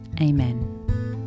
Amen